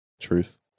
truth